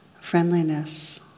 friendliness